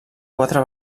quatre